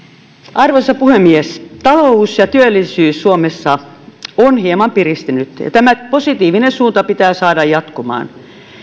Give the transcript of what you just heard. arvoisa puhemies talous ja työllisyys suomessa ovat hieman piristyneet ja tämä positiivinen suunta pitää saada jatkumaan